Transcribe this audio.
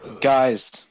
Guys